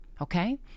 okay